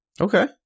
Okay